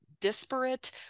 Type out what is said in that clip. disparate